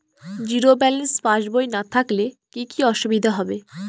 Zero balance পাসবই না থাকলে কি কী অসুবিধা হবে?